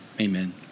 amen